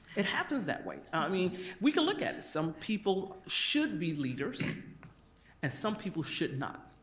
it happens that way, i mean we could look at some people should be leaders and some people should not.